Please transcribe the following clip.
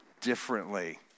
differently